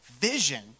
vision